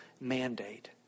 mandate